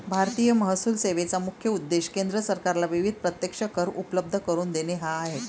भारतीय महसूल सेवेचा मुख्य उद्देश केंद्र सरकारला विविध प्रत्यक्ष कर उपलब्ध करून देणे हा आहे